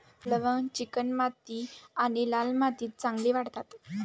लवंग चिकणमाती आणि लाल मातीत चांगली वाढतात